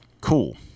Cool